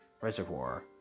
Reservoir